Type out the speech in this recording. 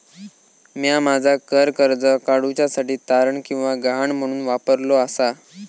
म्या माझा घर कर्ज काडुच्या साठी तारण किंवा गहाण म्हणून वापरलो आसा